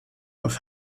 auf